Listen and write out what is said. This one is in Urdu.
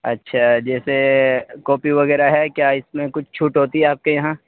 اچھا جیسے کاپی وغیرہ ہے کیا اس میں کچھ چھوٹ ہوتی ہے آپ کے یہاں